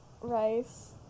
rice